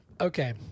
Okay